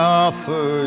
offer